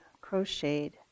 crocheted